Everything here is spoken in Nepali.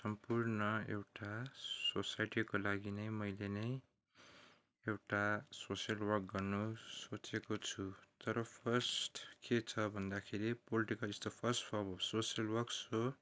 सम्पूर्ण एउटा सोसाइटीको लागि नै मेले नै एउटा सोसियल वर्क गर्न सोचेको छु तर फर्स्ट के छ भन्दाखेरि political is the first for social work so